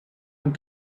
and